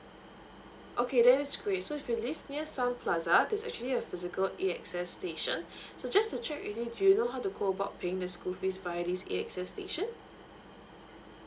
okay that is great so if you live near some plaza there's actually a physical A_X_S station so just to check with you do you know how to go about paying the school fees by this A_X_S station